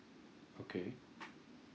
okay